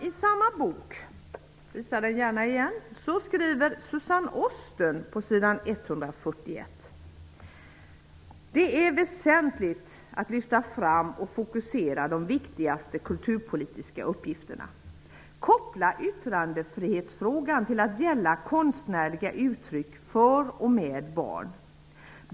I samma bok skriver Suzanne Osten på s. 141: Det är väsentligt att lyfta fram och fokusera de viktigaste kultupolitiska uppgifterna och att koppla yttrandefrihetsfrågan till att gälla konstnärliga uttryck för och med barn.